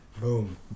Boom